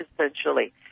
essentially